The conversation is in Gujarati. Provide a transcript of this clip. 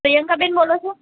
પ્રિયંકાબેન બોલો છો